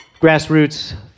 grassroots